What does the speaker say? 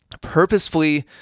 Purposefully